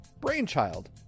Brainchild